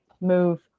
move